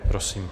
Prosím.